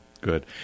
good